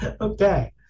Okay